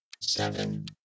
seven